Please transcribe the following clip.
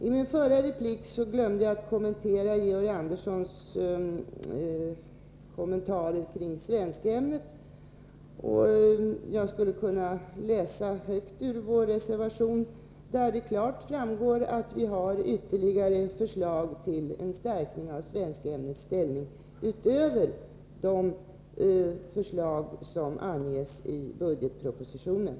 I min förra replik glömde jag att kommentera Georg Anderssons synpunkter på svenskämnet. Jag skulle kunna läsa högt ur vår reservation där det klart framgår att vi har ytterligare förslag utöver de förslag som finns i budgetpropositionen när det gäller att stärka svenskämnets ställning.